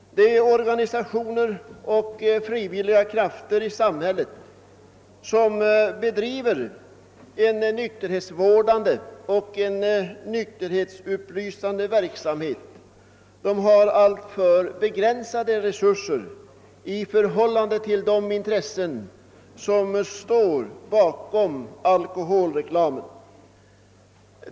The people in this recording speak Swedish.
De organisationer och frivilliga krafter i samhället, som bedriver en nykterhetsvårdande och <nykterhetsupplysande verksamhet, har emellertid alltför begränsade resurser i förhållande till de intressen som står bakom alkoholreklamen.